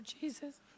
Jesus